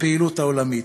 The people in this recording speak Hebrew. בפעילות העולמית,